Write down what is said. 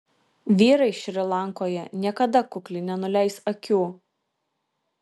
vyrai šri lankoje niekada kukliai nenuleis akių